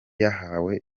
yahawe